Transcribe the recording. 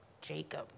Jacob